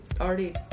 already